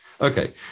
Okay